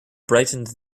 brightened